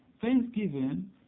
Thanksgiving